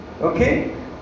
Okay